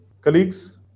colleagues